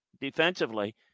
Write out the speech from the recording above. defensively